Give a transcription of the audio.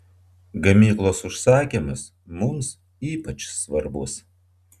gamyklos užsakymas mums ypač svarbus